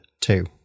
two